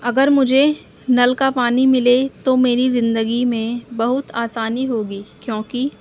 اگر مجھے نل کا پانی ملے تو میری زندگی میں بہت آسانی ہوگی کیونکہ